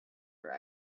are